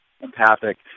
empathic